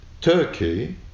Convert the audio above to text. Turkey